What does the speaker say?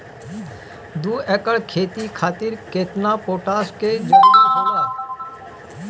दु एकड़ खेती खातिर केतना पोटाश के जरूरी होला?